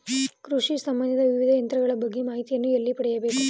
ಕೃಷಿ ಸಂಬಂದಿಸಿದ ವಿವಿಧ ಯಂತ್ರಗಳ ಬಗ್ಗೆ ಮಾಹಿತಿಯನ್ನು ಎಲ್ಲಿ ಪಡೆಯಬೇಕು?